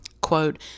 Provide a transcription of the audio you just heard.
quote